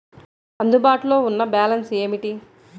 అందుబాటులో ఉన్న బ్యాలన్స్ ఏమిటీ?